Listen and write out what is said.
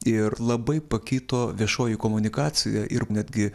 ir labai pakito viešoji komunikacija ir netgi